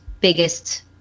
biggest